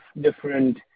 different